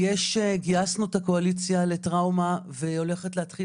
גייסנו את הקואליציה לטראומה והיא הולכת להתחיל